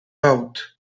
out